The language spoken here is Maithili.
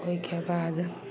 ओइके बाद